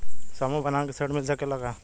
समूह बना के ऋण मिल सकेला का?